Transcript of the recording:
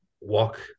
walk